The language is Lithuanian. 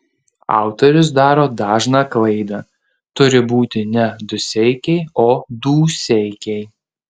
autorius daro dažną klaidą turi būti ne duseikiai o dūseikiai